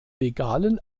legalen